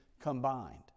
combined